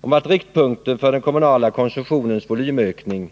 om att riktpunkten för den kommunala konsumtionens volymökning